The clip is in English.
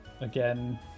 again